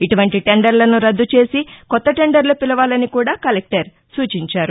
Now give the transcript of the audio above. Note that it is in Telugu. ఇటువంటి టెండర్లను రద్దు చేసి కొత్త టెండర్లు పిలవాలని కూడా కలెక్టర్ సూచించారు